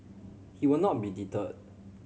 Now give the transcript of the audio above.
he will not be deterred